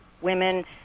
women